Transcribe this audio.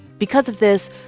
because of this,